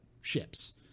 ships